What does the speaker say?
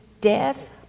death